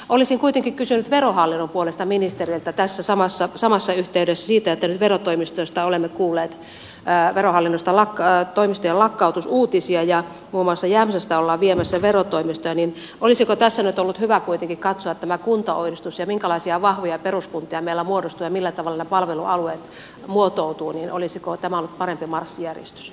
olisin kuitenkin kysynyt verohallinnon puolesta ministeriltä tässä samassa yhteydessä siitä kun nyt verotoimistoista olemme kuulleet verotoimistojen lakkautusuutisia ja muun muassa jämsästä ollaan viemässä verotoimistoa olisiko tässä nyt ollut hyvä kuitenkin katsoa tämä kuntauudistus ja se minkälaisia vahvoja peruskuntia meillä muodostuu ja millä tavalla ne palvelualueet muotoutuvat olisiko tämä ollut parempi marssijärjestys